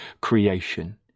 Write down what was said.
creation